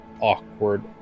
Awkward